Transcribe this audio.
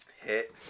Hit